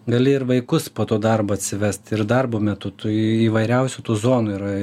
gali ir vaikus po to darbą atsivest ir darbo metu tų įvairiausių tų zonų yra